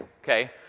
okay